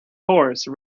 horse